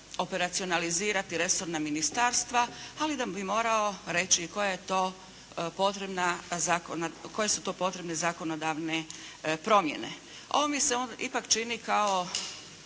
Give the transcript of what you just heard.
operacionalizirati resorna ministarstva, ali da bi morao reći koje su to potrebne zakonodavne promjene. Ovo mi se ipak čini kao